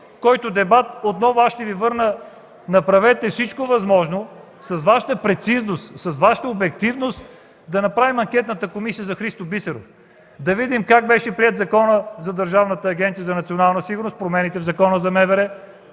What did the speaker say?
който дебат аз отново ще Ви върна към това – направете всичко възможно с Вашата прецизност, с Вашата обективност да направим анкетната комисия за Христо Бисеров, да видим как беше приет Законът за Държавна агенция „Национална сигурност”, промените в Закона за МВР.